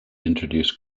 introduce